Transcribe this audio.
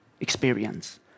experience